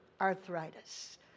arthritis